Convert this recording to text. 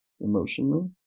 emotionally